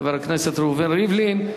חבר הכנסת ראובן ריבלין,